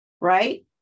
right